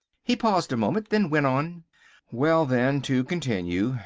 he paused a moment. then went on well, then, to continue,